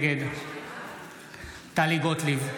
נגד טלי גוטליב,